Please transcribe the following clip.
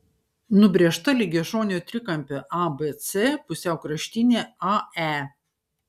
nubrėžta lygiašonio trikampio abc pusiaukraštinė ae